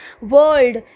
world